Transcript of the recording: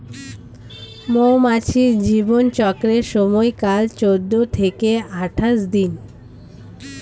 মৌমাছির জীবন চক্রের সময়কাল চৌদ্দ থেকে আঠাশ দিন